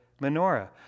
menorah